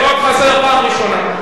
אני קורא אותך לסדר בפעם הראשונה.